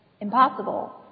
impossible